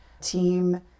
team